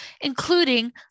including